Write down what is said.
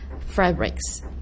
fabrics